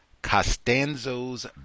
Costanzo's